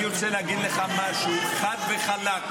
אני רוצה להגיד לך משהו: חד וחלק,